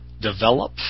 develop